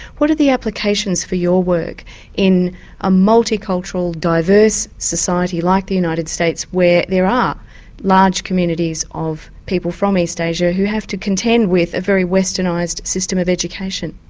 what are the applications for your work in a multi-cultural diverse society like the united states where there are large communities of people from east asia who have to contend with a very westernised system of education?